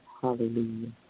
Hallelujah